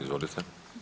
Izvolite.